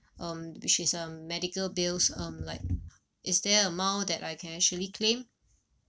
um which is um medical bills um like is there amount that I can actually claim